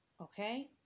okay